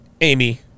Amy